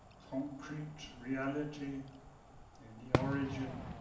concrete reality in the origin,